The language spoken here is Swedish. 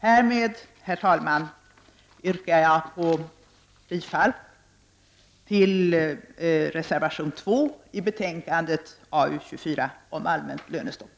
Härmed, herr talman, yrkar jag bifall till reservation 2 i arbetsmarknadsutskottets betänkande 24 om allmänt lönestopp.